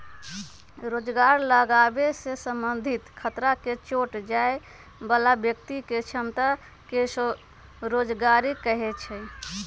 रोजगार लागाबे से संबंधित खतरा के घोट जाय बला व्यक्ति के क्षमता के स्वरोजगारी कहै छइ